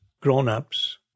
grown-ups